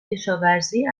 کشاوزی